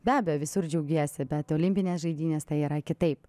be abejo visur džiaugiesi bet olimpinės žaidynės tai yra kitaip